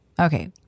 Okay